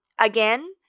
again